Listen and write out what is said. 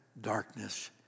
darkness